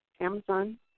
Amazon